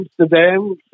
Amsterdam